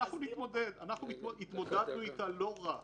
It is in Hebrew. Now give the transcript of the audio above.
אנחנו נתמודד, אנחנו התמודדנו איתה לא רע.